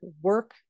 work